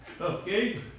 Okay